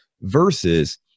versus